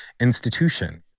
institution